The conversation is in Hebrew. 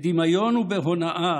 בדמיון ובהונאה,